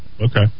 Okay